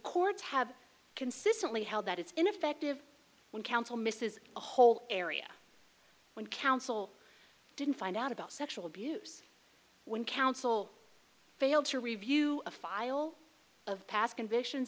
courts have consistently held that it's ineffective when counsel misses a whole area when counsel didn't find out about sexual abuse when counsel failed to review a file of past convictions